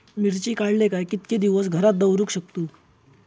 मिर्ची काडले काय कीतके दिवस घरात दवरुक शकतू?